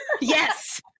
Yes